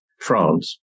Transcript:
France